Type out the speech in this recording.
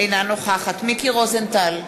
אינה נוכחת מיקי רוזנטל,